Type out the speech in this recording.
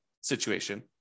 situation